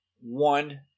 one